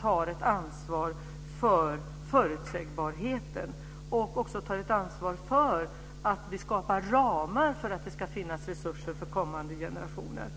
tar nu ett ansvar för förutsägbarheten och även för att vi skapar ramar för att det ska finnas resurser för kommande generationer.